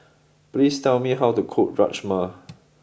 please tell me how to cook Rajma